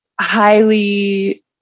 highly